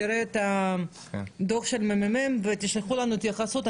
תראה את הדוח של הממ"מ ותשלחו לנו התייחסות,